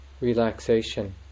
relaxation